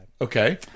Okay